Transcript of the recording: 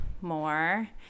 more